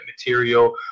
material